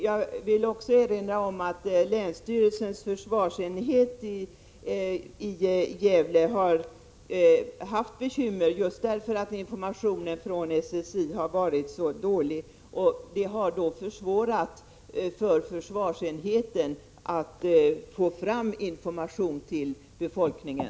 Jag vill också erinra om att länsstyrelsens försvarsenhet i Gävleborgs län har haft bekymmer just för att informationen från SSI varit dålig. Det har försvårat för försvarsenheten att få fram information till befolkningen.